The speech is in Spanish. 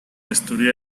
destruir